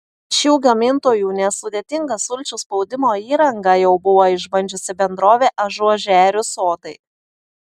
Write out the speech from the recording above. šių gamintojų nesudėtingą sulčių spaudimo įrangą jau buvo išbandžiusi bendrovė ažuožerių sodai